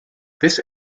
this